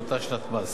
לאותה שנת מס.